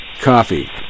coffee